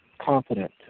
confident